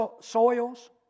soils